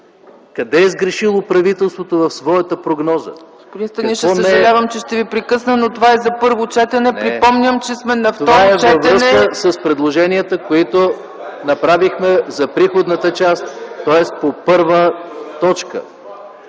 къде е сгрешило правителството в своята прогноза.